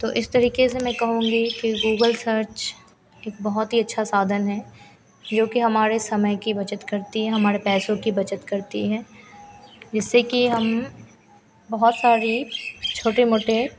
तो इस तरीके से मैं कहूँगी कि गूगल सर्च एक बहुत ही अच्छा साधन है जो कि हमारे समय की बचत करती है हमारे पैसों की बचत करती है जिससे कि हम बहुत सारी छोटी मोटी